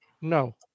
no